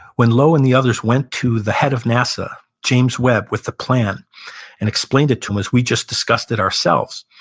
when low and the others went to the head of nasa, james webb, with the plan and explained it to him as, we just discussed it ourselves.